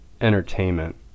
entertainment